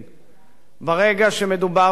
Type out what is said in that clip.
ברגע שמדובר בקרקע פרטית,